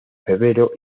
febrero